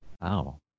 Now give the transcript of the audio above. Wow